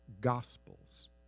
Gospels